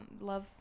love